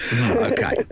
Okay